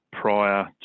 prior